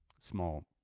small